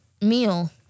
meal